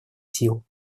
силу